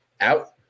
out